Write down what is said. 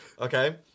Okay